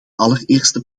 allereerste